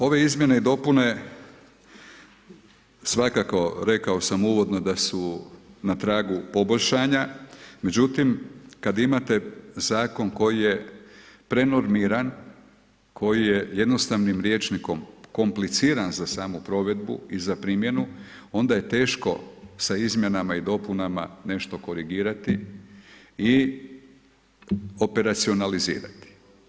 Ove izmjene i dopune svakako rekao sam uvodno da su na tragu poboljšanja međutim kad imate zakon koji je prenormiran koji je jednostavnim rječnikom kompliciran za samu provedbu i za primjenu, onda je teško sa izmjenama i dopunama nešto korigirati i operacionalizirati.